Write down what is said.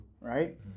Right